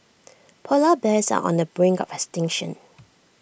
Polar Bears are on the brink of extinction